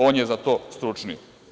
On je za to stručniji.